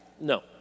No